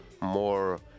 more